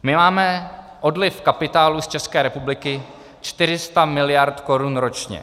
My máme odliv kapitálu z České republiky 400 mld. korun ročně.